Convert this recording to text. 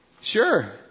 Sure